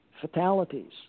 fatalities